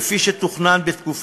כפי שתוכנן בתקופתי.